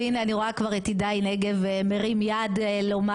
והנה אני רואה כבר את הידי נגב מרים יד לומר,